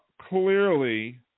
Clearly